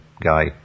guy